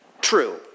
true